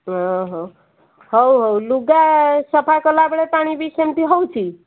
ହଉ ହଉ ହଉ ଲୁଗା ସଫା କଲାବେଳେ ପାଣି ବି ସେମିତି ହେଉଛି